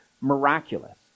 miraculous